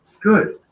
Good